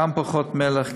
גם פחות מלח,